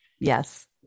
Yes